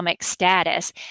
status